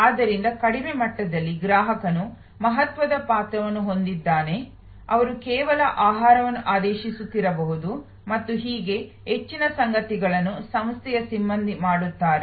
ಆದ್ದರಿಂದ ಕಡಿಮೆ ಮಟ್ಟದಲ್ಲಿ ಗ್ರಾಹಕನು ಮಹತ್ವದ ಪಾತ್ರವನ್ನು ಹೊಂದಿದ್ದಾನೆ ಅವರು ಕೇವಲ ಆಹಾರವನ್ನು ಆದೇಶಿಸುತ್ತಿರಬಹುದು ಮತ್ತು ಹೀಗೆ ಹೆಚ್ಚಿನ ಸಂಗತಿಗಳನ್ನು ಸಂಸ್ಥೆಯ ಸಿಬ್ಬಂದಿ ಮಾಡುತ್ತಾರೆ